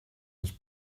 ens